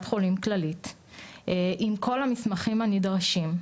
חולים כללית עם כל המסמכים הנדרשים,